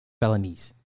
felonies